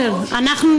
שאילתות דחופות.